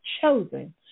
chosen